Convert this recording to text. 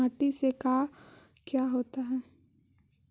माटी से का क्या होता है?